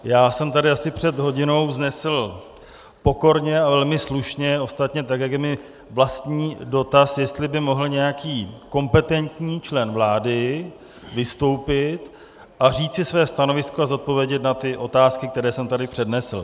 Já jsem tady asi před hodinou vznesl pokorně a velmi slušně, ostatně tak jak je mi vlastní, dotaz, jestli by mohl nějaký kompetentní člen vlády vystoupit a říci své stanovisko a odpovědět na otázky, které jsem tady přednesl.